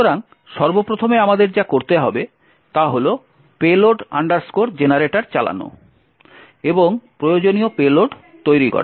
সুতরাং সর্বপ্রথমে আমাদের যা করতে হবে তা হল payload generator চালানো এবং প্রয়োজনীয় পেলোড তৈরি করা